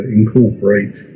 incorporate